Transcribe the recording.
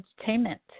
Entertainment